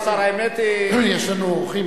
יש לנו אורחים,